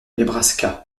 nebraska